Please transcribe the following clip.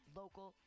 local